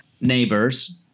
Neighbors